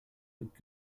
looked